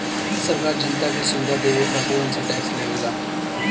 सरकार जनता के सुविधा देवे खातिर उनसे टेक्स लेवेला